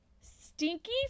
Stinky